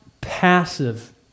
passive